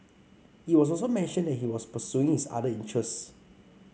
it was also mentioned that he was pursuing his other interests